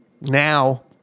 now